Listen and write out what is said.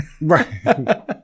Right